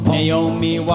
Naomi